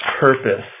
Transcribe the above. purpose